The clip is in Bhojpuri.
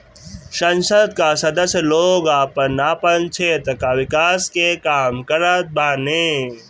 संसद कअ सदस्य लोग आपन आपन क्षेत्र कअ विकास के काम करत बाने